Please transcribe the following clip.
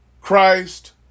Christ